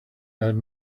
had